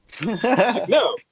No